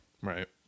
Right